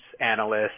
analysts